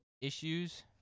issues